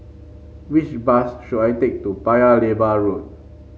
which bus should I take to Paya Lebar Road